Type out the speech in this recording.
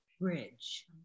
bridge